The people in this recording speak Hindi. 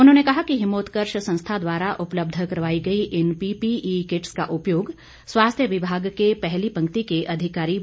उन्होंने कहा कि हिमोत्कर्ष संस्था द्वारा उपलब्ध करवाई गई इन पीपीई किट्स का उपयोग स्वास्थ्य विभाग के पहली पंक्ति के अधिकारी व कर्मचारी करेंगे